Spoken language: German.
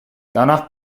danach